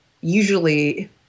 usually –